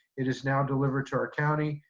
it is now delivered to our county,